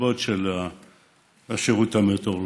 מסיבות של השירות המטאורולוגי.